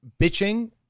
bitching